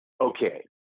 okay